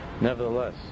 Nevertheless